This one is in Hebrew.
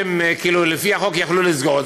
ולפי החוק יכלו לסגור,